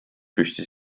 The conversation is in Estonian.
püsti